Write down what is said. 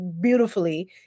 beautifully